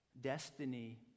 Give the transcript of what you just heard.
Destiny